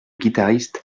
guitariste